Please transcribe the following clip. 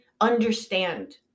understand